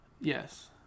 Yes